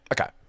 Okay